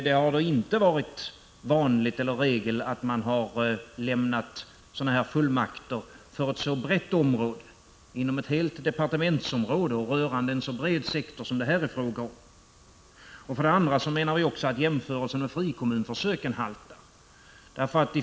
Det har inte varit vanligt att man lämnat fullmakter för ett så brett område, ett helt departementsområde, och för en så bred sektor som det är fråga om här. Vi menar också att jämförelserna med frikommunsförsöket haltar.